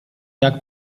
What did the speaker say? jak